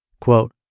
Quote